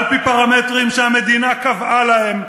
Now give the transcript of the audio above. על-פי פרמטרים שהמדינה קבעה להן,